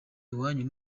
iwanyu